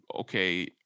okay